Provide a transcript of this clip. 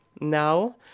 now